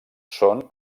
són